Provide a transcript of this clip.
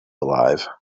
alive